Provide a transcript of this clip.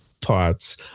parts